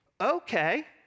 Okay